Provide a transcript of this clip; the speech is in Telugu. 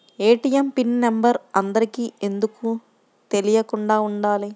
ఏ.టీ.ఎం పిన్ నెంబర్ అందరికి ఎందుకు తెలియకుండా ఉండాలి?